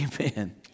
Amen